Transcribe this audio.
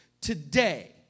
Today